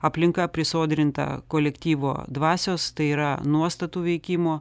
aplinka prisodrinta kolektyvo dvasios tai yra nuostatų veikimo